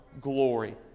glory